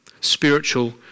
spiritual